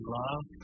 love